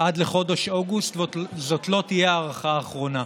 עד לחודש אוגוסט, וזאת לא תהיה ההארכה האחרונה.